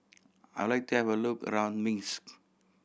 I like to have a look around Minsk